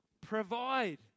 provide